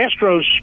Astros